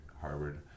Harvard